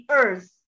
earth